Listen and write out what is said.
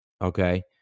okay